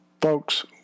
Folks